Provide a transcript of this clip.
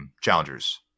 challengers